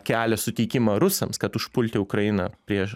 kelio suteikimą rusams kad užpulti ukrainą prieš